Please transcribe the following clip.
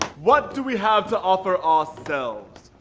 what do we have to offer ourselves?